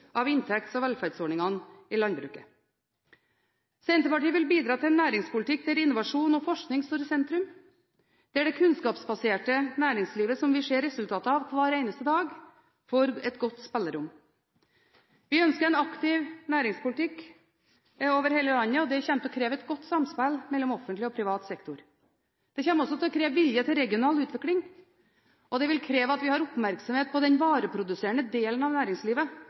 av inntekts- og velferdsordningene i landbruket. Senterpartiet vil bidra til en næringspolitikk der innovasjon og forskning står i sentrum, der det kunnskapsbaserte næringslivet som vi ser resultatet av hver eneste dag, får et godt spillerom. Vi ønsker en aktiv næringspolitikk over hele landet, og det kommer til å kreve et godt samspill mellom offentlig og privat sektor. Det kommer også til å kreve vilje til regional utvikling, og det vil kreve at vi har oppmerksomhet på den vareproduserende delen av næringslivet